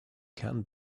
can